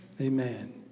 Amen